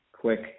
quick